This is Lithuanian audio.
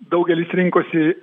daugelis rinkosi